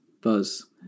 Buzz